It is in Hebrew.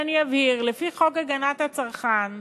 אני אבהיר: לפי חוק הגנת הצרכן,